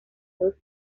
dos